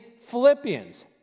Philippians